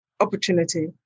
opportunity